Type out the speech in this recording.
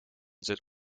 zit